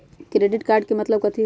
Credit card के मतलब कथी होई?